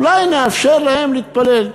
אולי נאפשר להם להתפלל.